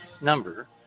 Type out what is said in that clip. number